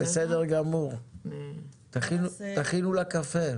בואו, תשיבו לשאלות, בבקשה.